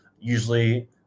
Usually